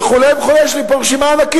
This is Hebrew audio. וכו' וכו', יש לי פה רשימה ענקית.